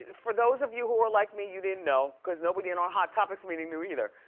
for those of you who are like me, you didn't know cause nobody in our hot topics meeting knew either.